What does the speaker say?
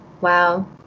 Wow